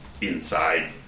inside